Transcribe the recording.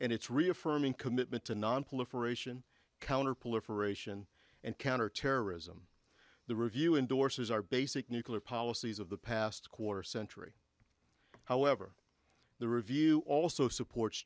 and its reaffirming commitment to nonproliferation counterproliferation and counterterrorism the review endorsers our basic nucular policies of the past quarter century however the review also supports